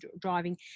driving